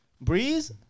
Breeze